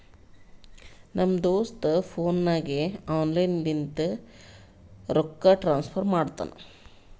ನಮ್ ದೋಸ್ತ ಫೋನ್ ನಾಗೆ ಆನ್ಲೈನ್ ಲಿಂತ ರೊಕ್ಕಾ ಟ್ರಾನ್ಸಫರ್ ಮಾಡ್ತಾನ